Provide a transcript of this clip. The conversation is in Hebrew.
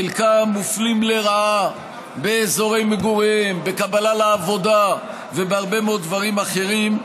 חלקם מופלים לרעה באזורי מגוריהם בקבלה לעבודה ובהרבה מאוד דברים אחרים.